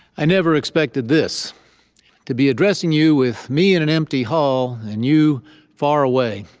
i never expected this to be addressing you with me in an empty hall and you far away.